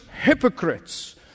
hypocrites